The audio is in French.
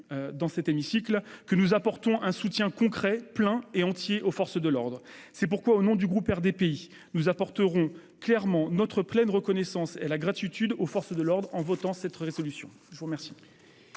dans cet hémicycle que nous apportons un soutien concret, plein et entier aux forces de l'ordre. Au nom du groupe RDPI, nous exprimerons clairement notre pleine reconnaissance et notre gratitude aux forces de l'ordre en votant cette proposition de résolution.